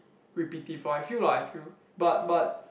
repetive lor but I feel lah I feel but but